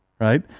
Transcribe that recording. right